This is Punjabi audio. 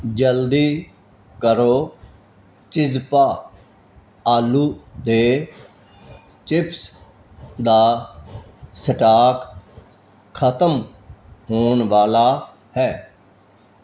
ਜਲਦੀ ਕਰੋ ਚਿਜ਼ਪਾ ਆਲੂ ਦੇ ਚਿਪਸ ਦਾ ਸਟਾਕ ਖਤਮ ਹੋਣ ਵਾਲਾ ਹੈ